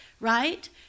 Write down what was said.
right